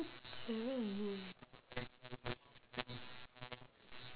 one dollar only eh I think eh wait he spend five seven dollars